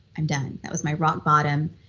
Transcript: i'm done. that was my rock bottom.